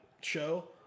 Show